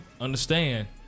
understand